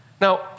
Now